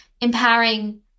empowering